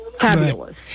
Fabulous